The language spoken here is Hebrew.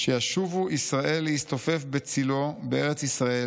שישובו ישראל להסתופף בצלו בארץ ישראל